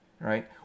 right